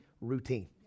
routine